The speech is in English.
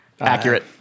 Accurate